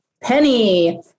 Penny